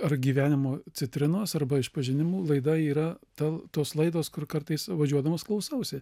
ar gyvenimo citrinos arba išpažinimų laida yra ta tos laidos kur kartais važiuodamas klausausi